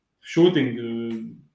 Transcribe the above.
shooting